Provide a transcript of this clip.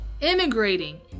immigrating